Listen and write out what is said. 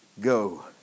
go